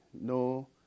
no